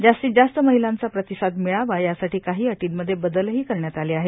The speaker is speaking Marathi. जास्तीत जास्त महिलांचा प्रतिसाद मिळावा यासाठी काही अधींमध्ये बदलही करण्यात आले आहेत